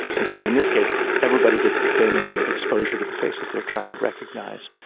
and so in this case everybody gets the same amount of exposure to the faces they are trying to recognise.